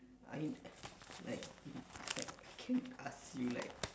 I like like I can't ask you like